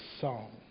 song